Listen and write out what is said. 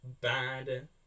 bad